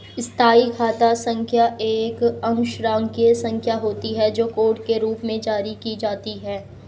स्थायी खाता संख्या एक अक्षरांकीय संख्या होती है, जो कार्ड के रूप में जारी की जाती है